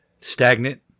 stagnant